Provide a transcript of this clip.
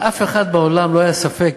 לאף אחד בעולם לא היה ספק